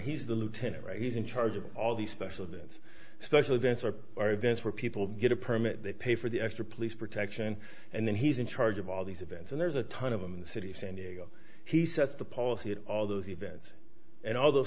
he's the lieutenant right he's in charge of all these special that special events or are events where people get a permit they pay for the extra police protection and then he's in charge of all these events and there's a ton of them in the city of san diego he sets the policy and all those events and all th